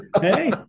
hey